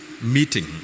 meeting